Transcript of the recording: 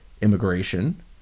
immigration